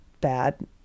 bad